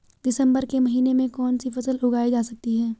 दिसम्बर के महीने में कौन सी फसल उगाई जा सकती है?